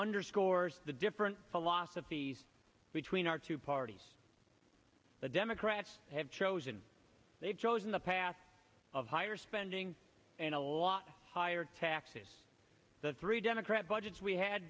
underscores the different philosophies between our two parties the democrats have chosen they've chosen the path of higher spending and a lot higher taxes the three democrat budgets we had